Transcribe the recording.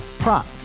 Prop